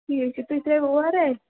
ٹھیک چھُ تُہۍ ترٛاوٕ اوٚرے